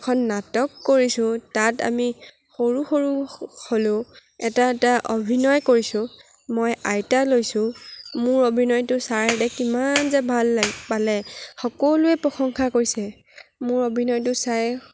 এখন নাটক কৰিছোঁ তাত আমি সৰু সৰু হ'লেও এটা এটা অভিনয় কৰিছোঁ মই আইতা লৈছোঁ মোৰ অভিনয়টো ছাৰহঁতে কিমান যে ভাল লাগি পালে সকলোৱে প্ৰশংসা কৰিছে মোৰ অভিনয়টো চাই